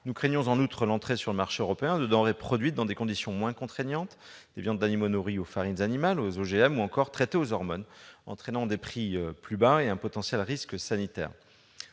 Nous craignons en outre l'entrée sur le marché européen de denrées produites dans des conditions moins contraignantes, des viandes d'animaux nourris aux farines animales, aux OGM ou encore traités aux hormones, entraînant des prix plus bas et un potentiel risque sanitaire.